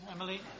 Emily